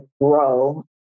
grow